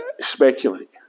speculate